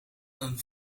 een